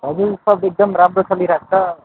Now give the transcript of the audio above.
हजुर सब एकदम राम्रो चलिरहेको छ